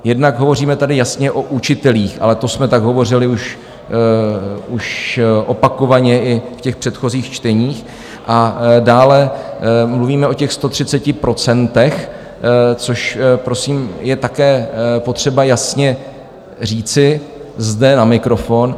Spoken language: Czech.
Jednak hovoříme tady jasně o učitelích, ale to jsme tak hovořili už opakovaně, i v těch předchozích čteních, A dále mluvíme o těch 130 procentech, což prosím je také potřeba jasně říci zde na mikrofon.